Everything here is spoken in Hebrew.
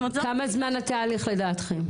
כמה זמן התהליך לדעתכם?